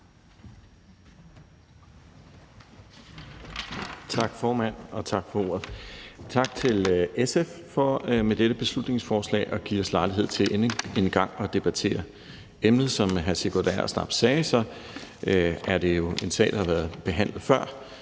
Tak for ordet, formand. Tak til SF for med dette beslutningsforslag at give os lejlighed til endnu en gang at debattere emnet. Som hr. Sigurd Agersnap sagde, er det jo en sag, der har været behandlet før.